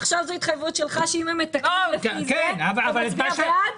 זאת התחייבות שלך שאם הם מתקנים, אתה בעד.